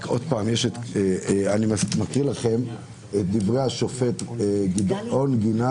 רק שעוד פעם אני מקריא לכם את דברי השופט גדעון גינת